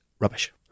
rubbish